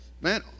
Man